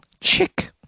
chick